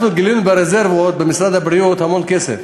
אנחנו גילינו ברזרבות במשרד הבריאות המון כסף.